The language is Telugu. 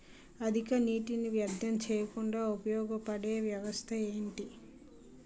అధిక నీటినీ వ్యర్థం చేయకుండా ఉపయోగ పడే వ్యవస్థ ఏంటి